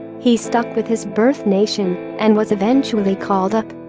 he stuck with his birth nation and was eventually called up.